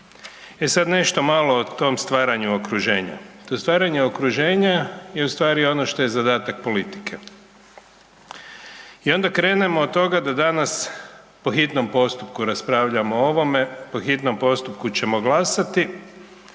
E sad nešto malo o tom stvaranju okruženje. To stvaranje okruženje je ustvari ono što je zadatak politike i onda krenemo od toga da danas po hitnom postupku raspravljamo o ovome, po hitnom postupku ćemo glasati,